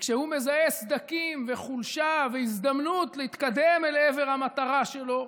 כשהוא מזהה סדקים וחולשה והזדמנות להתקדם לעבר המטרה שלו,